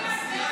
הממשלה?